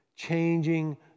Changing